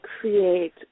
create